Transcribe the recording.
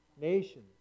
nation